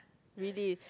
really